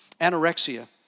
anorexia